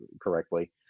correctly